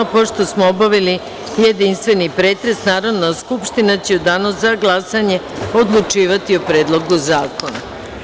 Pošto smo obavili jedinstveni pretres, Narodna skupština će u danu za glasanje odlučivati o Predlogu zakona.